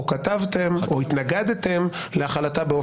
או שינוי מערכת היחסים למשל בין הרוב